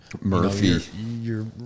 Murphy